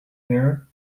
there